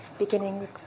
beginning